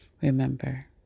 Remember